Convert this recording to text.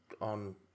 on